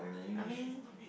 I mean